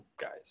guys